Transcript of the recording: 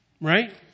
right